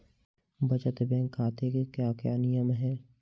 बचत बैंक खाते के क्या क्या नियम हैं?